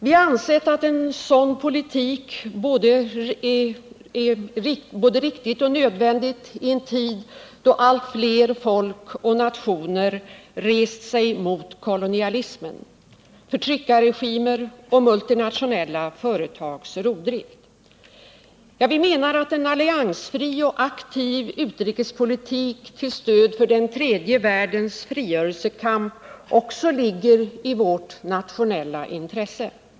Vi har ansett en sådan politik både riktig och nödvändig i en tid då allt fler folk och nationer rest sig mot kolonialism, förtryckarregimer och multinationella företags rovdrift. Vi menar att en alliansfri och aktiv utrikespolitik till stöd för den tredje världens frigörelsekamp också ligger i vårt nationella intresse.